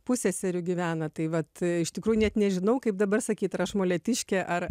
pusseserių gyvena tai vat iš tikrųjų net nežinau kaip dabar sakyt aš molėtiškė ar